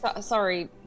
Sorry